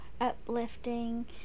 uplifting